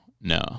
No